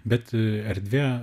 bet erdvė